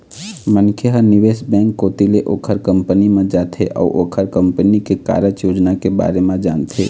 मनखे ह निवेश बेंक कोती ले ओखर कंपनी म जाथे अउ ओखर कंपनी के कारज योजना के बारे म जानथे